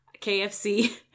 KFC